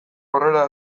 aurrera